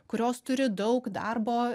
kurios turi daug darbo